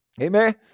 Amen